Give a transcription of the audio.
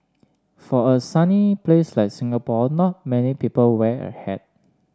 for a sunny place like Singapore not many people wear a hat